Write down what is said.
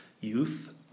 youth